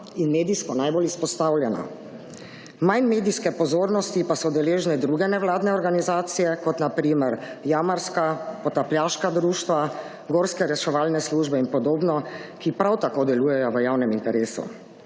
in medijsko najbolj izpostavljena. Manj medijske pozornosti pa so deležne druge nevladne organizacije kot na primer jamarska, potapljaška društva, gorske reševalne službe in podobno, ki prav tako delujejo v javnem interesu.